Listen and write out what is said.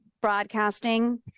broadcasting